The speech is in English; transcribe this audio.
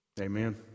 Amen